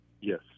Yes